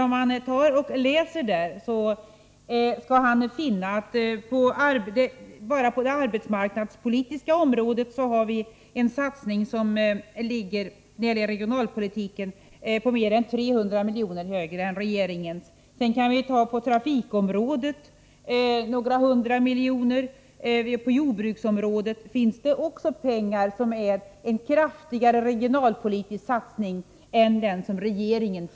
Men läser han våra förslag, skall han finna att vi bara på det arbetsmarknadspolitiska området har en satsning inom regionalpolitiken som ligger mer än 300 miljoner högre än regeringens. På trafikområdet ligger vi några hundra miljoner över, och på jordbruksområdet föreslår vi också en kraftigare regionalpolitisk satsning än regeringen.